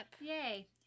Yay